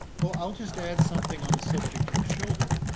well, i'll just add something on the subject of children,